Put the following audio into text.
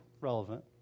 relevant